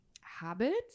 habits